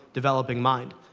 developing mind.